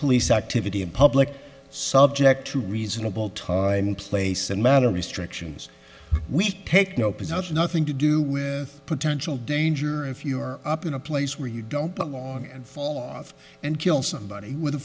police activity in public subject to reasonable time place and manner restrictions we take no prisoners nothing to do with potential danger if you're up in a place where you don't belong and fall off and kill somebody with a